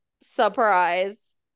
surprise